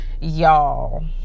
y'all